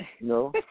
No